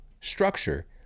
structure